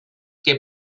que